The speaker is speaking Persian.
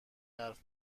حرف